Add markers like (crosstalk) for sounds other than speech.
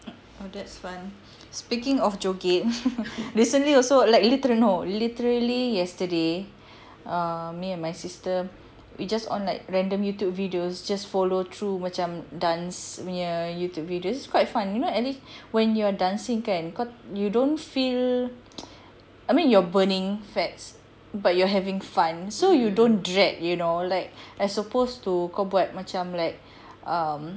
oh that's fun speaking of joget recently also like literal you know literally yesterday err me and my sister we just on like random youtube videos just follow through macam dance punya youtube videos which is quite fun you know at least when you're dancing kan kau you don't feel (noise) I mean you're burning fats but you're having fun so you don't dread you know like as opposed to kau buat like um